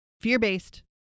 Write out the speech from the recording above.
fear-based